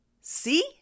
See